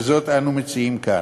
וזאת אנו מציעים כאן.